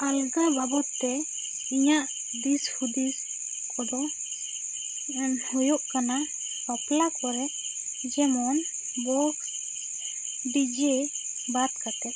ᱟᱞᱜᱟ ᱵᱟᱵᱚᱛ ᱛᱮ ᱤᱧᱟᱹᱜ ᱫᱤᱥ ᱦᱩᱫᱤᱥ ᱠᱚᱫᱚ ᱦᱩᱭᱩᱜ ᱠᱟᱱᱟ ᱵᱟᱯᱞᱟ ᱠᱚᱨᱮ ᱡᱮᱢᱚᱱ ᱵᱳᱠᱥ ᱰᱤᱡᱮ ᱵᱟᱫ ᱠᱟᱛᱮ